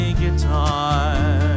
guitar